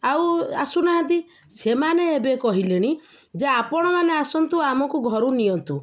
ଆଉ ଆସୁନାହାନ୍ତି ସେମାନେ ଏବେ କହିଲେଣି ଯେ ଆପଣମାନେ ଆସନ୍ତୁ ଆମକୁ ଘରୁ ନିଅନ୍ତୁ